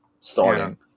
starting